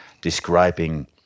describing